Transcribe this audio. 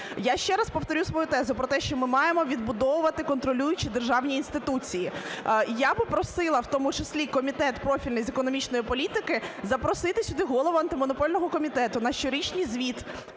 Я ще раз повторю свою тезу про те, що ми маємо відбудовувати контролюючі державні інституції. Я би просила, в тому числі Комітет профільний з економічної політики, запросити сюди голову Антимонопольного комітету на щорічний звіт,